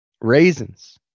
Raisins